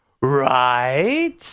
Right